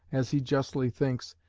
as he justly thinks,